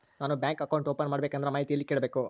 ನಾನು bank account open ಮಾಡಬೇಕಂದ್ರ ಮಾಹಿತಿ ಎಲ್ಲಿ ಕೇಳಬೇಕು?